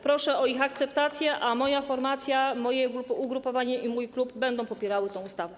Proszę o ich akceptację, a moja formacja, moje ugrupowanie i mój klub będą popierały tę ustawę.